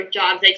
jobs